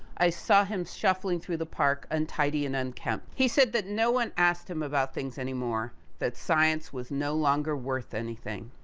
i saw him shuffling through the park, untidy and unkempt. he said that no one asked him about things anymore. that science was no longer worth anything.